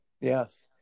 Yes